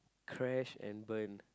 crash and burn